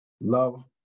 love